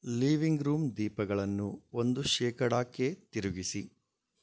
living room ದೀಪಗಳನ್ನು ಒಂದು ಶೇಕಡಕ್ಕೆ ತಿರುಗಿಸಿ